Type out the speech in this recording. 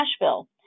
Nashville